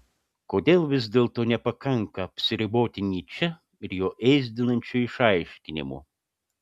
kodėl vis dėlto nepakanka apsiriboti nyče ir jo ėsdinančiu išaiškinimu